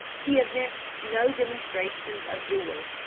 he evinced no demonstrations of joy.